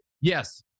Yes